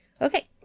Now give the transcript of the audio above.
Okay